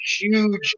huge